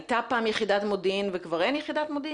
הייתה פעם יחידת מודיעין וכבר אין יחידת מודיעין?